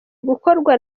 gukorwa